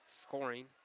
Scoring